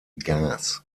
gas